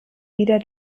wieder